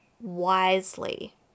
wisely